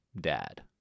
dad